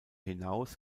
hinaus